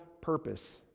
purpose